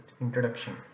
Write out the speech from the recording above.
introduction